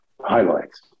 highlights